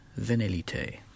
Venelite